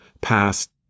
past